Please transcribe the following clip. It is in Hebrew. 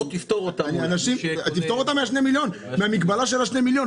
בוא תפטור אותם --- תפטור אותם מהמגבלה של שני מיליון.